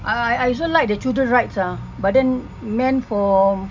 I I I also like the children rides ah but then meant for